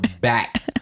back